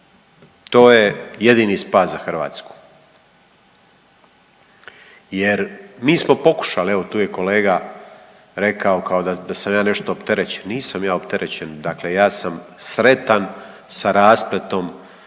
To je jedini spas za Hrvatsku, jer mi smo pokušali, evo tu je kolega rekao kao da sam ja nešto opterećen. Nisam ja opterećen, dakle ja sam sretan sa raspletom